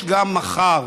יש גם מחר,